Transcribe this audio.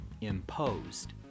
imposed